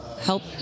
help